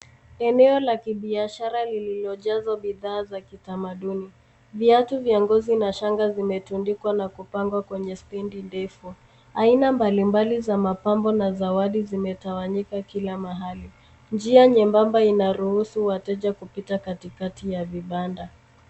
Eneo la kibiahsra lililojazwa bidhaa za kitamaduni. Viatu vya ngozi na shanga vimetundikwa na kupangwa kwenye stendi ndefu. Aina mbali mbali za mapambo na zawadi zimetawanyika kila mahali. Njia nyembamba inaruhusu wateja kupita katikati ya vibanda.